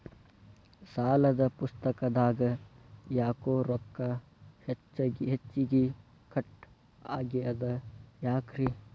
ಸಾಲದ ಪುಸ್ತಕದಾಗ ಯಾಕೊ ರೊಕ್ಕ ಹೆಚ್ಚಿಗಿ ಕಟ್ ಆಗೆದ ಯಾಕ್ರಿ?